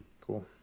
Cool